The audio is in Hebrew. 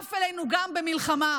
נשקף אלינו גם במלחמה,